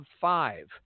five